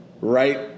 right –